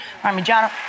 Parmigiano